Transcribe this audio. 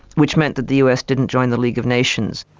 which meant that the us didn't join the league of nations.